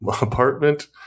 apartment